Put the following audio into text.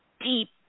deep